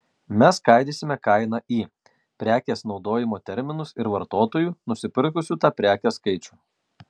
mes skaidysime kainą į prekės naudojimo terminus ir vartotojų nusipirkusių tą prekę skaičių